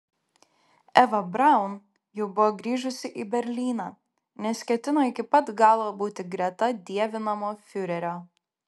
eva braun jau buvo grįžusi į berlyną nes ketino iki pat galo būti greta dievinamo fiurerio